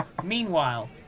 Meanwhile